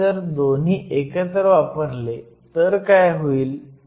पण जर दोन्ही एकत्र वापरले तर काय होईल